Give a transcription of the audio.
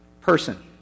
person